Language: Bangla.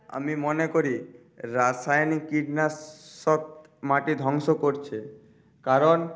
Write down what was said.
আমি মনে করি রাসায়নিক কীটনাশক মাটি ধ্বংস করছে কারণ